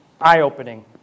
eye-opening